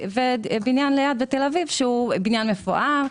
שלידו יש בניין מפואר,